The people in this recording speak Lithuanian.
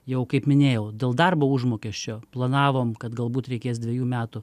jau kaip minėjau dėl darbo užmokesčio planavom kad galbūt reikės dvejų metų